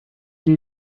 die